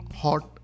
hot